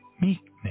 meekness